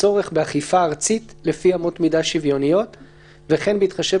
בצורך באכיפה ארצית לפי אמות מידה שוויוניות וכן בהתחשב